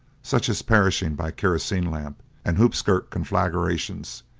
such as perishing by kerosene-lamp and hoop-skirt conflagrations,